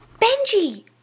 Benji